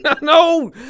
No